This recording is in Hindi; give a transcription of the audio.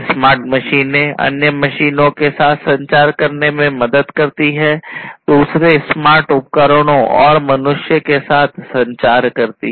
स्मार्ट मशीनें अन्य मशीनों के साथ संचार करने में मदद करती हैं दूसरे स्मार्ट उपकरणों और मनुष्य के साथ संचार करती हैं